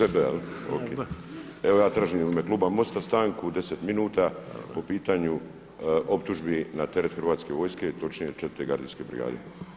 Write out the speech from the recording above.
Evo ja tražim u ime kluba MOST-a stanku 10 minuta po pitanju optužbi na teret Hrvatske vojske, točnije 4. gardijske brigade.